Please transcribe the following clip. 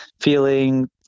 feeling